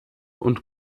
und